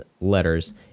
letters